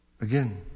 again